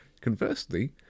Conversely